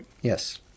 Yes